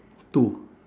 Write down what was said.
two